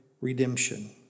redemption